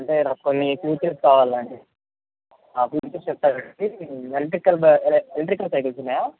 అంటే కొన్ని ఫ్యూచర్స్ కావాలండి ఆ ఫ్యూచర్స్ చెప్పారండి ఎలక్ట్రికల్ ఎలక్ట్రికల్ సైకిల్స్ ఉన్నాయా